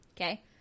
Okay